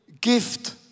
gift